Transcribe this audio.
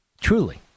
truly